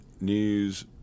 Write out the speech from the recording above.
news